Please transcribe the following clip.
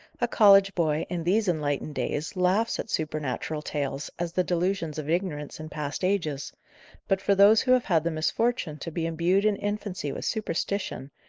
a college boy, in these enlightened days, laughs at supernatural tales as the delusions of ignorance in past ages but for those who have had the misfortune to be imbued in infancy with superstition,